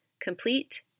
complete